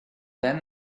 then